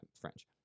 French